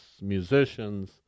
musicians